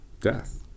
Death